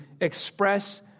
express